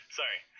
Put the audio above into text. sorry